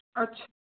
अच्छा